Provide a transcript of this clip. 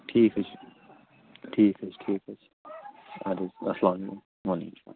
ٹھیٖک حظ چھُ ٹھیٖک حظ چھُ ٹھیٖک حظ چھُ اَدٕ حظ السلام علیکُم وعلیکُم السلام